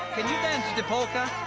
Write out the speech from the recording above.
can you dance the polka?